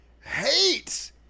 hate